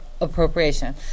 appropriation